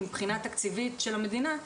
כי מבחינה תקציבית של המדינה,